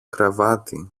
κρεβάτι